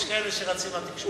יש כאלה שרצים לתקשורת.